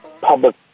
public